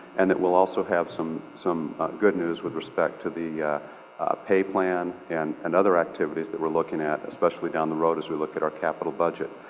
and it will also have some some good news with respect to the pay plan and and other activities that we're looking at, especially down the road as we look at our capital budget.